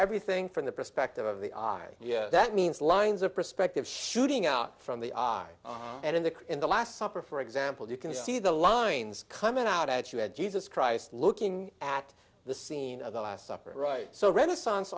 everything from the perspective of the eye that means lines of perspective shooting out from the eye and in the in the last supper for example you can see the lines coming out as you had jesus christ looking at the scene of the last supper right so renaissance